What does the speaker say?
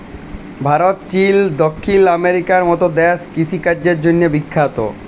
Bharat, Chile, দখ্খিল আমেরিকার মত দ্যাশ কিষিকাজের জ্যনহে বিখ্যাত